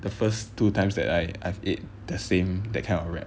the first two times that I I've ate the same that kind of wrap